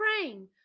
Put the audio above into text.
praying